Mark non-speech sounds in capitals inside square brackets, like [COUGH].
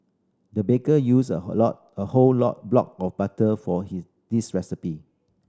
the baker used a [UNINTELLIGIBLE] a whole [UNINTELLIGIBLE] block of butter for he this recipe